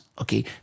okay